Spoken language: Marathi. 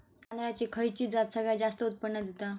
तांदळाची खयची जात सगळयात जास्त उत्पन्न दिता?